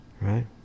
right